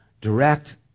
direct